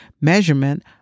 measurement